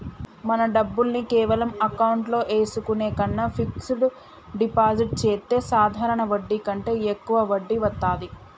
మన డబ్బుల్ని కేవలం అకౌంట్లో ఏసుకునే కన్నా ఫిక్సడ్ డిపాజిట్ చెత్తే సాధారణ వడ్డీ కంటే యెక్కువ వడ్డీ వత్తాది